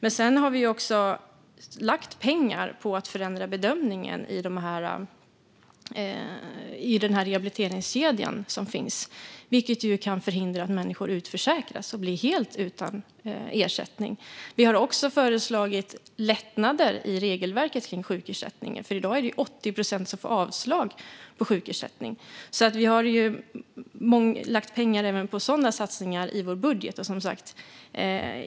Vi har avsatt pengar i budgeten för att förändra bedömningen i rehabiliteringskedjan, vilket kan förhindra att människor utförsäkras och blir helt utan ersättning. Vi har också föreslagit lättnader i regelverket kring sjukersättningen, för i dag får 80 procent avslag på sina ansökningar om sjukersättning. Vi har alltså lagt pengar även på sådana satsningar i vår budget.